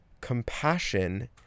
compassion